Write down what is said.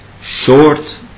short